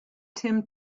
tim